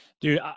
Dude